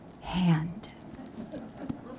hand